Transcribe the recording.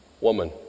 Woman